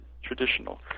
traditional